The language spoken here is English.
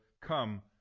come